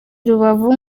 rubavu